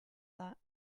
that